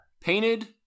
Painted